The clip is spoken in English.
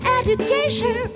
education